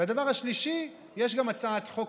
והדבר השלישי: יש גם הצעת חוק,